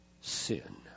sin